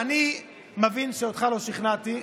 אני מבין שאותך לא שכנעתי,